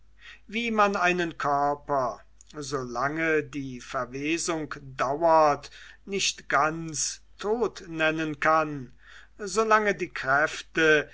wie man einen körper solange die verwesung dauert nicht ganz tot nennen kann solange die kräfte